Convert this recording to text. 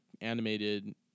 animated